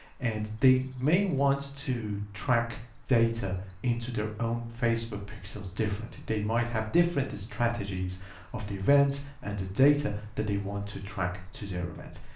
and they may wants to track data into their own facebook pixels different, they might have different strategies of the events and the data that they want to track to their events.